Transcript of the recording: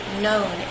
known